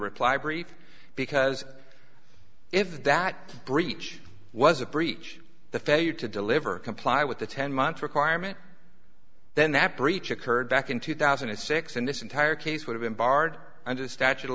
reply brief because if that breach was a breach the failure to deliver comply with the ten month requirement then that breach occurred back in two thousand and six and this entire case would have been barred under the statute of